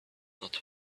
not